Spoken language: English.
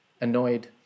annoyed